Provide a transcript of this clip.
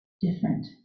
different